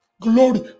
Glory